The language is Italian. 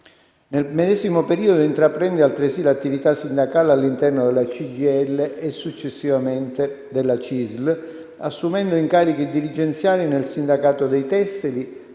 Nel medesimo periodo intraprende altresì l'attività sindacale all'interno della CGIL e, successivamente, della CISL, assumendo incarichi dirigenziali nel sindacato dei tessili,